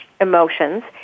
emotions